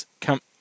come